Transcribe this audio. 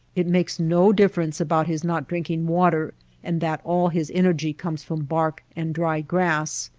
it makes no difference about his not drinking water and that all his energy comes from bark and dry grass.